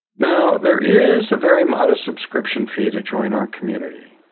now, there is a very modest subscription fee to join our community.